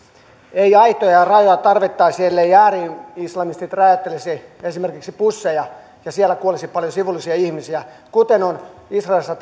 ei aitoja ja rajoja tarvittaisi elleivät ääri islamistit räjäyttelisi esimerkiksi busseja ja siellä kuolisi paljon sivullisia ihmisiä kuten on israelissa